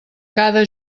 cada